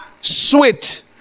sweet